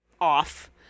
off